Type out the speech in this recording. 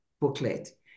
booklet